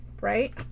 Right